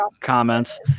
comments